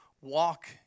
walk